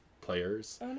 players